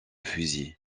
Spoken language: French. fusils